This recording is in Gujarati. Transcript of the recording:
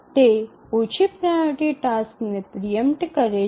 તે ઓછી પ્રાઓરિટી ટાસ્કને પ્રિ ઈમ્પટ કરે છે